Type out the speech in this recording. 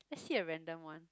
hit the random one